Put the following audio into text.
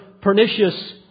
pernicious